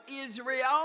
Israel